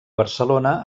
barcelona